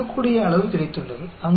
n N किसी प्रकार का रेश्यो है